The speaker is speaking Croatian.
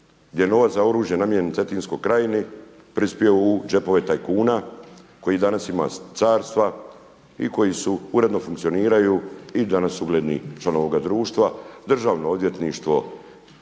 gdje je novac za oružje namijenjen Cetinskoj krajini prispio u džepove tajkuna koji danas ima carstva i koji uredno funkcioniraju i danas su ugledni članovi ovoga društva. Državno odvjetništvo